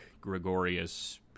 Gregorius